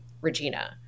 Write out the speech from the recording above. Regina